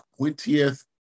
20th